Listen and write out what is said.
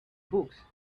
books